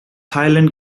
highland